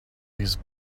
these